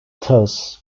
thus